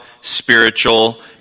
spiritual